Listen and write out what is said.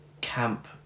camp